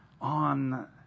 on